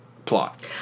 plot